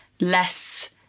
less